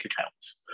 accounts